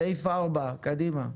סעיף 4. קדימה.